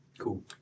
Cool